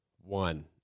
one